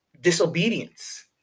disobedience